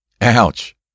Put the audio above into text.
Ouch